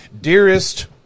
dearest